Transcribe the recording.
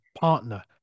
partner